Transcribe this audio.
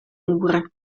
oere